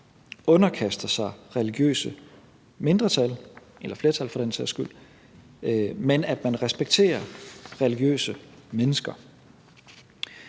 underkaster sig religiøse mindretal, eller flertal for den sags skyld, men at man respekterer religiøse mennesker.